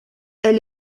elle